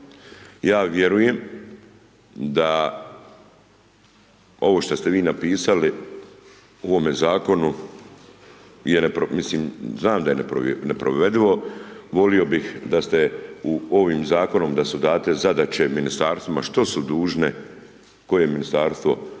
Ja vjerujem da ovo šta ste vi napisali u ovome zakonu, je mislim znam da je neprovedivo, volio bih da ste u ovim zakonom da su date zadaće ministarstvima što su dužne koje ministarstvo da